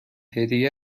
هدیه